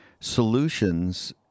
solutions